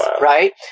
right